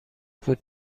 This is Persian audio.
بود